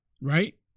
Right